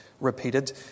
repeated